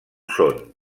són